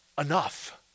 enough